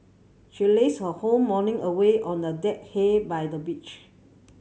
she lazed her whole morning away on a deck by the beach